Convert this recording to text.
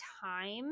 time